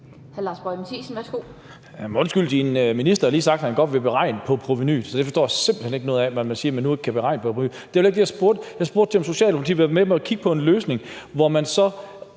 20:15 Lars Boje Mathiesen (NB): Undskyld, men din minister har lige sagt, at han godt vil beregne på provenuet. Så jeg forstår simpelt hen ikke noget, når man nu siger, at man ikke kan beregne på provenuet. Det var heller ikke det, jeg spurgte om. Jeg spurgte til, om Socialdemokratiet vil være med til at kigge på en løsning, hvor man,